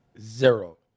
Zero